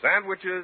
sandwiches